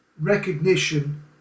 recognition